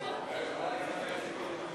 לסעיף 89,